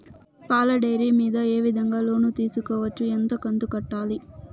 పాల డైరీ మీద ఏ విధంగా లోను తీసుకోవచ్చు? ఎంత కంతు కట్టాలి?